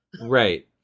Right